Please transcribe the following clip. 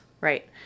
Right